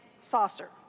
saucer